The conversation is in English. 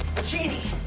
porcini!